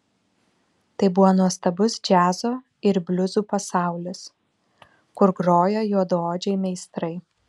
tai buvo nuostabus džiazo ir bliuzų pasaulis kur grojo juodaodžiai meistrai